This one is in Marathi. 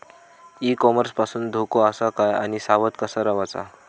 ई कॉमर्स पासून धोको आसा काय आणि सावध कसा रवाचा?